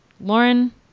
Lauren